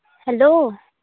hello